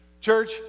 church